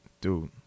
dude